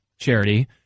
charity